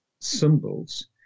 symbols